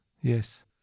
Yes